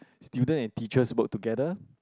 student and teachers work together